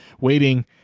waiting